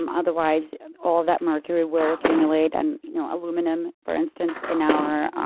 um otherwise all of that mercury will accumulate and you know aluminum, for instance in our